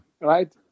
Right